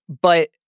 But-